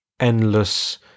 Endless